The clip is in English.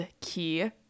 key